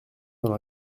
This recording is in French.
dans